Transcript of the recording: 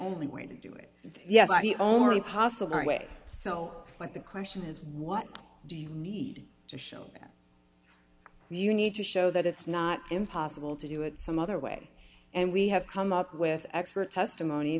only way to do it yes the only possible way so but the question is what do you need to show that you need to show that it's not impossible to do it some other way and we have come up with expert testimony